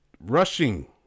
rushing